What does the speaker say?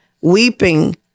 weeping